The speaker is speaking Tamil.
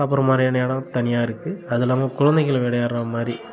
சாப்பிட்ற மாதிரியான இடம் தனியாக இருக்குது அதுவும் இல்லாமல் குழந்தைகள் விளையாடுறா மாதிரி